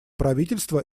правительства